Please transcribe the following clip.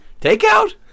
Takeout